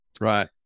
Right